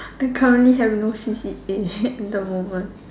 I currently have no C_C_A in the moment